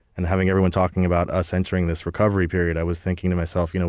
and having everyone talking about us entering this recovery period i was thinking to myself, you know